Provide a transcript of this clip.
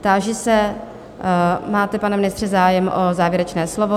Táži se máte, pane ministře, zájem o závěrečné slovo?